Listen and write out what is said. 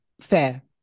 Fair